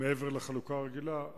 מעבר לחלוקה הרגילה,